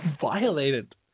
violated